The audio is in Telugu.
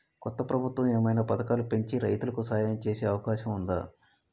కొత్త ప్రభుత్వం ఏమైనా పథకాలు పెంచి రైతులకు సాయం చేసే అవకాశం ఉందా?